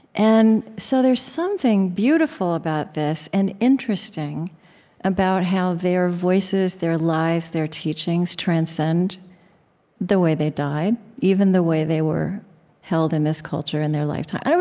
and so there's something beautiful about this and interesting about how their voices, their lives, their teachings transcend the way they died, even the way they were held in this culture in their lifetimes.